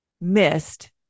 missed